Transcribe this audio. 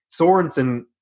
Sorensen